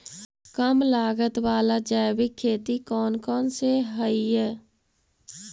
कम लागत वाला जैविक खेती कौन कौन से हईय्य?